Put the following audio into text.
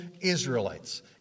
Israelites